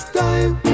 time